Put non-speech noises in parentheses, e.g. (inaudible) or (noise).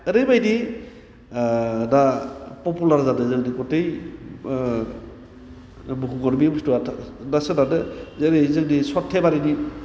ओरैबादि दा पपुलार जादों जोंनि गथाय (unintelligible) बे बुसथुवा दा सोनारनो जेरै जोंनि सर्थेबारिनि